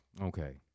Okay